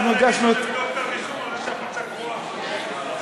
אנחנו הגשנו, על זה שהחולצה קרועה.